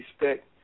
respect